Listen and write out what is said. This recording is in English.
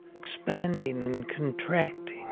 expanding and contracting,